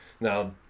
Now